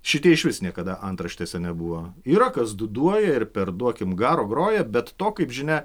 šitie išvis niekada antraštėse nebuvo yra kas dūduoja ir per duokim garo groja bet to kaip žinią